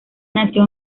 nació